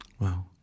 Wow